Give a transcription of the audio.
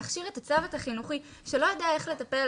להכשיר את הצוות החינוכי שלא יודע איך לטפל,